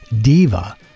diva